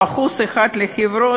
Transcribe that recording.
או 1% לחברות,